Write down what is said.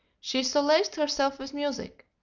she solaced herself with music.